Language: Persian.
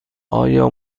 آیا